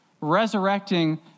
resurrecting